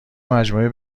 مجموعه